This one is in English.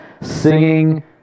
singing